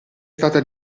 stata